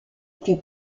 plus